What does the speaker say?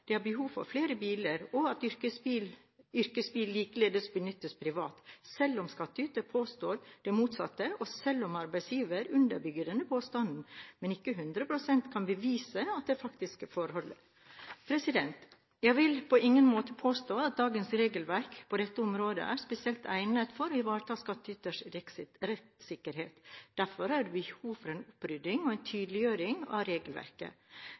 det er behov for flere biler, og at yrkesbil benyttes privat, selv om skattyter påstår det motsatte, og selv om arbeidsgiver underbygger denne påstanden, men ikke 100 pst. kan bevise at det er de faktiske forhold. Jeg vil på ingen måte påstå at dagens regelverk på dette området er spesielt egnet for å ivareta skattyters rettssikkerhet. Derfor er det behov for en opprydning og en tydeliggjøring av regelverket.